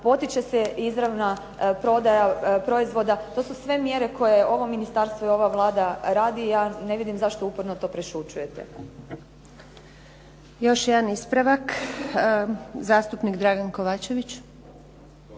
potiče se izravna prodaja proizvoda. To su sve mjere koje ovo ministarstvo i ova Vlada radi i ja ne vidim zašto uporno to prešućujete. **Antunović, Željka (SDP)** Još jedan ispravak, zastupnik Dragan Kovačević.